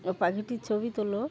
ও পাখিটির ছবি তোলো